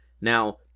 Now